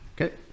Okay